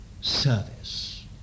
service